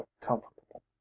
comfortable